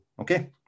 okay